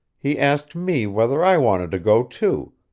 he asked me whether i wanted to go too,